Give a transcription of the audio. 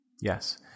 Yes